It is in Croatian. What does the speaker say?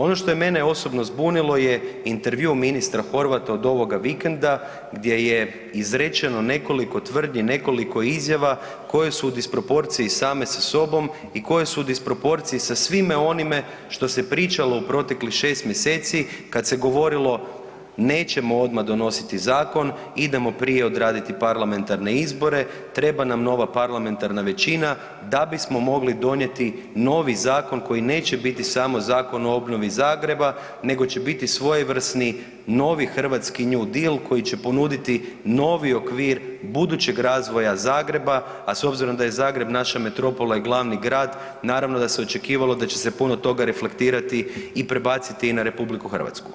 Ono što je mene osobno zbunilo je intervju ministra Horvata od ovoga vikenda gdje je izrečeno nekoliko tvrdnji, nekoliko izjava koje su u disproporciji same sa sobom i koje su u disproporciji sa svime onime što se pričalo u proteklih 6 mjeseci kad se govorilo nećemo odmah donositi zakon, idemo prije odraditi parlamentarne izbore, treba nam nova parlamentarna većina da bismo mogli donijeti novi zakon koji neće biti samo Zakon o obnovi Zagreba nego će biti svojevrsni novi hrvatski new deal koji će ponuditi novi okvir budućeg razvoja Zagreba, a s obzirom da je Zagreb naša metropola i glavni grad naravno da se očekivalo da će se puno toga reflektirati i prebaciti na RH.